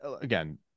again